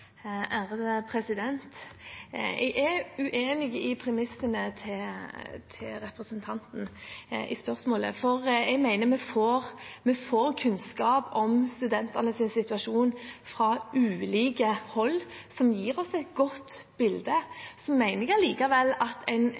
Jeg er uenig i premissene i spørsmålet fra representanten, for jeg mener vi får kunnskap om studentenes situasjon fra ulike hold som gir oss et godt bilde. Jeg mener allikevel at en